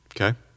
Okay